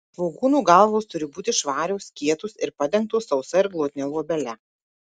svogūnų galvos turi būti švarios kietos ir padengtos sausa ir glotnia luobele